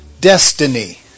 destiny